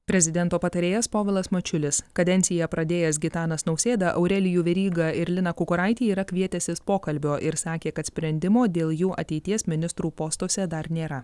prezidento patarėjas povilas mačiulis kadenciją pradėjęs gitanas nausėda aurelijų verygą ir liną kukuraitį yra kvietęsis pokalbio ir sakė kad sprendimo dėl jų ateities ministrų postuose dar nėra